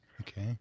Okay